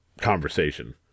conversation